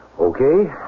Okay